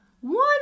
One